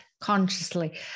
consciously